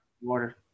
Water